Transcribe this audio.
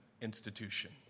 institution